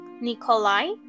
Nikolai